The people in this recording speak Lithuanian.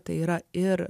tai yra ir